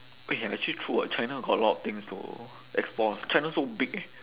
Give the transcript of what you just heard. eh ya actually true [what] china got a lot of things to explore ah china so big eh